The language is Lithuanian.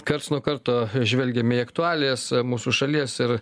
karts nuo karto žvelgiame į aktualijas mūsų šalies ir